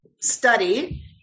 study